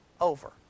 over